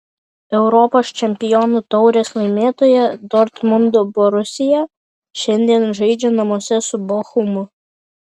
europos čempionų taurės laimėtoja dortmundo borusija šiandien žaidžia namuose su bochumu